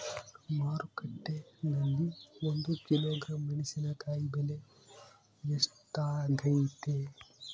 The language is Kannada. ಮಾರುಕಟ್ಟೆನಲ್ಲಿ ಒಂದು ಕಿಲೋಗ್ರಾಂ ಮೆಣಸಿನಕಾಯಿ ಬೆಲೆ ಎಷ್ಟಾಗೈತೆ?